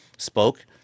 spoke